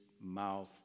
mouth